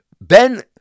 Ben